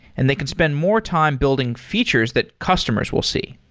and they can spend more time building features that customers will see.